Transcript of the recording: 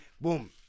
boom